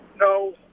no